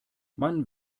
man